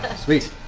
sweet!